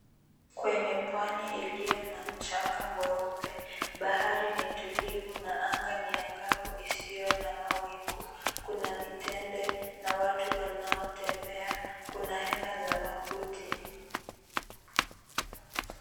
Kwenye pwani iliyo na mchanga mweupe bahari ni tulivu na anga ni angavu isiyo na mawingu. Kuna mitende na watu wanaotembea. Kuna hema za makuti.